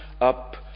up